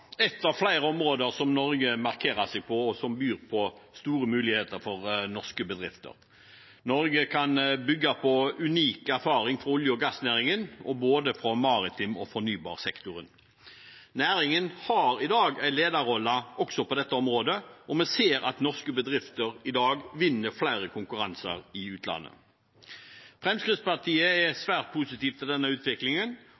som byr på store muligheter for norske bedrifter. Norge kan bygge på unik erfaring fra olje- og gassnæringen, og fra både maritim og fornybar sektor. Næringen har i dag en lederrolle også på dette området, og vi ser at norske bedrifter i dag vinner flere konkurranser i utlandet. Fremskrittspartiet er